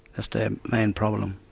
that's their main problem.